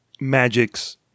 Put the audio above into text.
Magic's